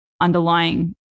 underlying